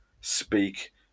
speak